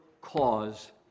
cause